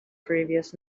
previous